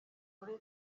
kuri